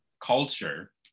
culture